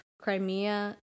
Crimea